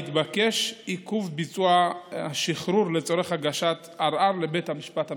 יתבקש עיכוב ביצוע השחרור לצורך הגשת ערר לבית המשפט המחוזי.